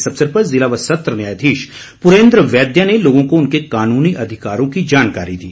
इस अवसर पर ज़िला व सत्र न्यायाधीश पुरेंद्र वैद्य ने लोगों को उनके कानूनी अधिकारों की जानकारी दी